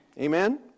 Amen